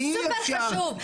סופר חשוב,